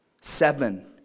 Seven